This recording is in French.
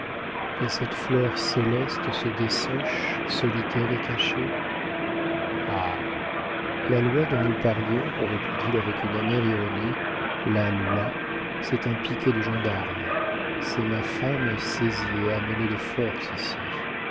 et cette fleur céleste se dessèche solitaire et cachée ah la loi dont nous parlions reprit-il avec une amère ironie la loi c'est un piquet de gendarmes c'est ma femme saisie et amenée de force ici